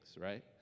right